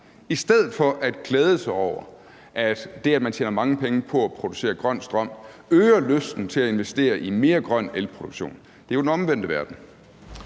i stedet for at glæde sig over, at det, at man tjener mange penge på at producere grøn strøm, øger lysten til at investere i en mere grøn elproduktion. Det er jo den omvendte verden.